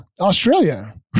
Australia